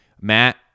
Matt